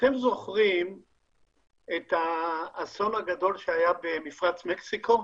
אתם זוכרים את האסון הגדול שהיה במפרץ מקסיקו?